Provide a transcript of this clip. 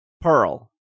Pearl